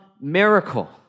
miracle